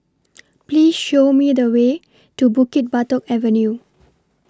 Please Show Me The Way to Bukit Batok Avenue